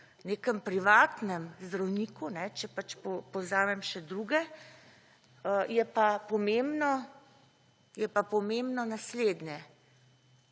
nekem privatnem zdravniku, če pač povzamem še druge, je pa pomembno naslednje.